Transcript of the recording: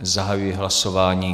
Zahajuji hlasování.